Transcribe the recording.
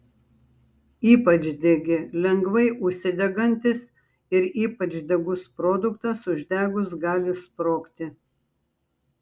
ypač degi lengvai užsidegantis ir ypač degus produktas uždegus gali sprogti